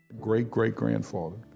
Great-great-grandfather